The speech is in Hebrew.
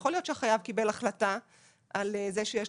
יכול להיות שהחייב קיבל החלטה על זה שיש